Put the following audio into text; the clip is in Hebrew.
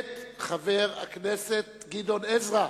חבר הכנסת גדעון עזרא.